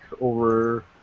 over